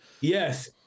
Yes